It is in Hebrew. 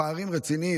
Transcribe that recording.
פערים רציניים.